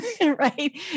Right